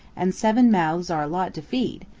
and seven mouths are a lot to feed,